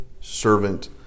servant